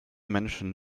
menschen